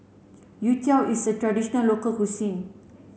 Youtiao is a traditional local cuisine